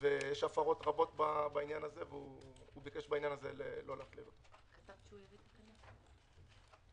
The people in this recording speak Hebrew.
יש הפרות רבות בעניין הזה והוא ביקש לא להכליל את העניין הזה.